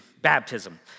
baptism